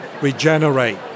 regenerate